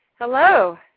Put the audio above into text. Hello